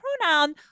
pronoun